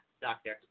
doctor